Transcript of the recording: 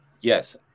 yes